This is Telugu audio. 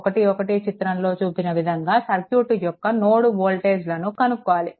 11 చిత్రంలో చూపిన విధంగా సర్క్యూట్ యొక్క నోడ్ వోల్టేజ్లను కనుక్కోవాలి